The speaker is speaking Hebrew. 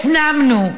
הפנמנו,